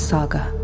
Saga